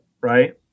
right